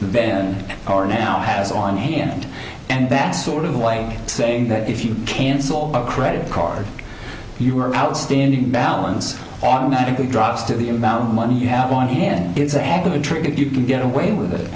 then or now has on hand and that's sort of like saying that if you cancel a credit card you are outstanding balance automatically drops to the amount of money you have on hand it's a heck of a trick if you can get away with it